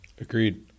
Agreed